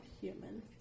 human